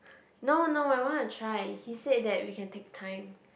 no no I wanna try he said that we can take time